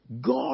God